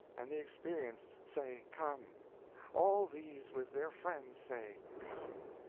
and the experienced say come all these with their friends say, come.